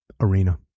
arena